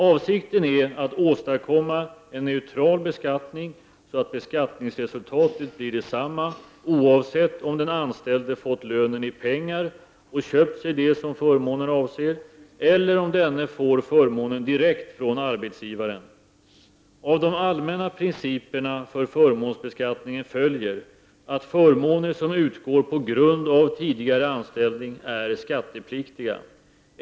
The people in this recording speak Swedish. Avsikten är att åstadkomma en neutral beskattning, så att beskattningsresultatet blir detsamma oavsett om den anställde fått lönen i pengar och köpt sig det som förmånen avser eller om denne får förmånen direkt från arbetsgivaren. Av de allmänna principerna för förmånsbeskattningen följer att förmåner som utgår på grund av tidigare anställning är skattepliktiga.